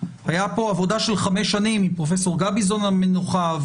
הייתה פה עבודה של חמש שנים עם פרופסור גביזון המנוחה.